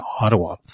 Ottawa